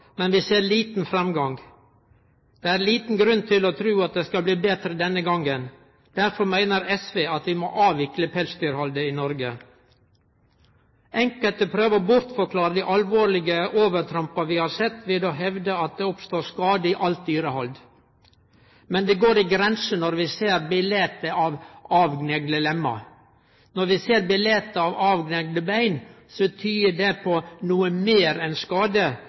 men vi ser liten framgang. Det er liten grunn til å tru at det skal bli betre denne gongen. Derfor meiner SV at vi må avvikle pelsdyrhaldet i Noreg. Enkelte prøver å bortforklare dei alvorlege overtrampa vi har sett, med å hevde at det oppstår skadar i alt dyrehald. Men det går ei grense når vi ser bilete av avgnegne lemmer. Når vi ser bilete av avgnegne bein, tyder det på noko meir enn skade.